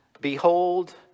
Behold